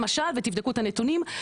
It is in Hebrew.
למשל ותבדקו את הנתונים,